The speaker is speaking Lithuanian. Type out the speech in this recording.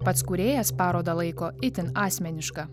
pats kūrėjas parodą laiko itin asmeniška